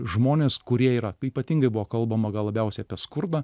žmonės kurie yra ypatingai buvo kalbama gal labiausiai apie skurdą